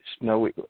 No